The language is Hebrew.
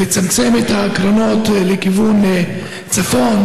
לצמצם את הקרונות לכיוון צפון,